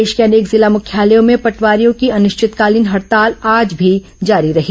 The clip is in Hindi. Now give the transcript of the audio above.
प्रदेश के अनेक जिला मुख्यालयों में पटवारियों की अनिश्चितकालीन हडताल आज भी जारी रही